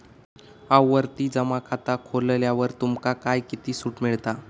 आवर्ती जमा खाता खोलल्यावर तुमका काय किती सूट मिळता?